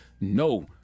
no